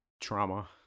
Trauma